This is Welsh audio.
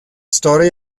stori